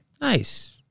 Nice